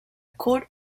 court